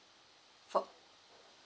for